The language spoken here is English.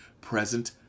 present